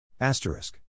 Asterisk